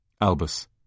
Albus